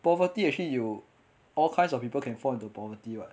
poverty actually you all kinds of people can fall into poverty [what]